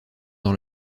dans